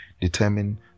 determine